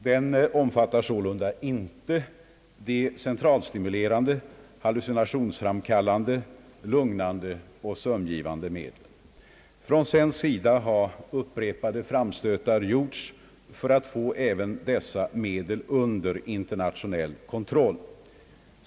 Den omfattar sålunda inte de centralstimulerande, hallucinationsframkallande, lugnande och sömngivande medlen. Från svensk sida har upprepade framstötar gjorts för att få även dessa medel under internationell kontroll.